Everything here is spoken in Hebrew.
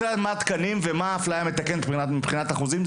ומה האפליה המתקנת מבחינת אחוזים.